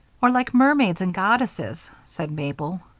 or like mermaids and goddesses, said mabel.